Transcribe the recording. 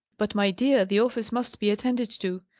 but, my dear, the office must be attended to,